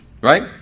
right